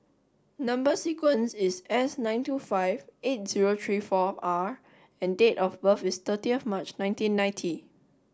number sequence is S nine two five eight zero three four R and date of birth is thirty of nineteen ninety